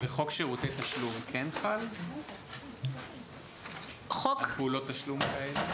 חוק שירותי תשלום כן חל על פעולות התשלום האלה?